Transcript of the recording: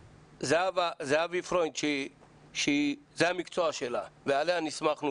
זהבי פריינד שזה המקצוע שלה ועליה נסמכנו,